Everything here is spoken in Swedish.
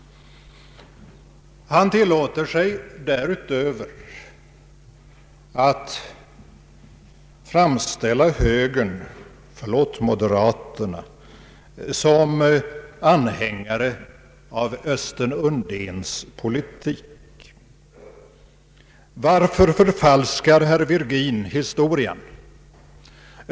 Han tillåter sig därutöver att framställa högern — förlåt, moderaterna — som anhängare av Östen Undéns politik. Varför förfalskar herr Virgin historien?